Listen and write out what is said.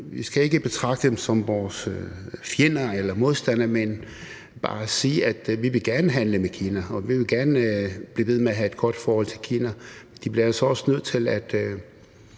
Vi skal ikke betragte dem som vores fjender eller vores modstandere, men bare sige, at vi gerne vil handle med Kina, og at vi gerne vil blive ved med at have et godt forhold til Kina. De bliver altså også nødt til at